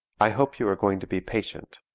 i hope you are going to be patient.